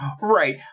Right